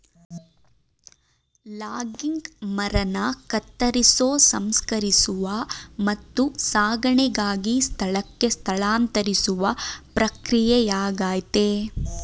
logging ಮರನ ಕತ್ತರಿಸೋ ಸಂಸ್ಕರಿಸುವ ಮತ್ತು ಸಾಗಣೆಗಾಗಿ ಸ್ಥಳಕ್ಕೆ ಸ್ಥಳಾಂತರಿಸುವ ಪ್ರಕ್ರಿಯೆಯಾಗಯ್ತೆ